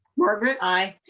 margaret. i.